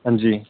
हां जी